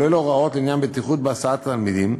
הוראות לעניין בטיחות בהסעת תלמידים,